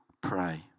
pray